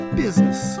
business